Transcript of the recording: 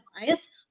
bias